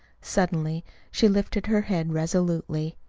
suddenly she lifted her head resolutely.